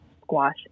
squash